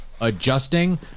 adjusting